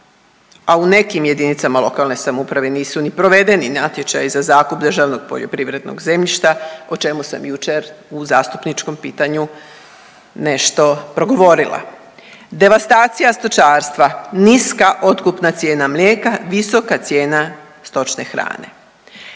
a u nekim jedinicama lokalne samouprave nisu ni provedeni natječaji za zakup državnog poljoprivrednog zemljišta o čemu sam jučer u zastupničkom pitanju nešto progovorila. Devastacija stočarstva, niska otkupna cijena mlijeka, visoka cijena stočne hrane.